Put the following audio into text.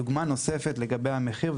הדוגמה הנוספת היא לגבי המחיר,